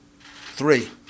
three